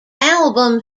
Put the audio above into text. album